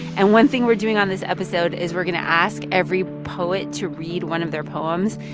and one thing we're doing on this episode is we're going to ask every poet to read one of their poems.